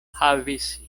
havis